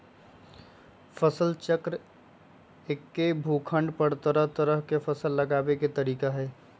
फसल चक्र एक्के भूखंड पर तरह तरह के फसल लगावे के तरीका हए